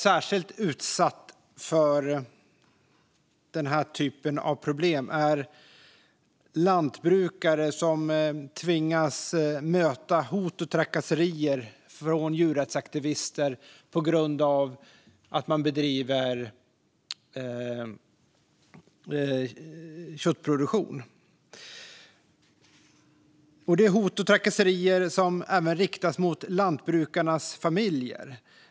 Särskilt utsatta är de lantbrukare som tvingas möta hot och trakasserier från djurrättsaktivister på grund av att de bedriver köttproduktion. Dessa hot och trakasserier kan även riktas mot lantbrukarnas familjer.